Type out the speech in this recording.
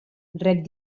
rep